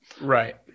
right